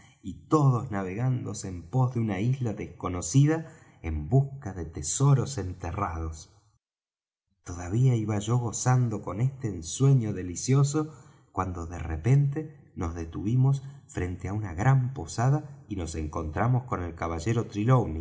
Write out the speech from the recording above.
y todos navegando en pos de una isla desconocida en busca de tesoros enterrados todavía iba yo gozando con este ensueño delicioso cuando de repente nos detuvimos frente á una gran posada y nos encontramos con el caballero